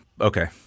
Okay